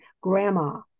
grandma